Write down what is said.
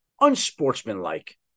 unsportsmanlike